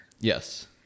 yes